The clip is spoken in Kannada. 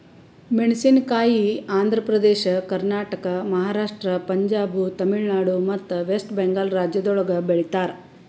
ಮೇಣಸಿನಕಾಯಿ ಆಂಧ್ರ ಪ್ರದೇಶ, ಕರ್ನಾಟಕ, ಮಹಾರಾಷ್ಟ್ರ, ಪಂಜಾಬ್, ತಮಿಳುನಾಡು ಮತ್ತ ವೆಸ್ಟ್ ಬೆಂಗಾಲ್ ರಾಜ್ಯಗೊಳ್ದಾಗ್ ಬೆಳಿತಾರ್